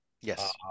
Yes